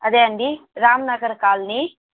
అదే అండీ రామ్నగర్ కాలనీ